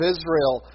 Israel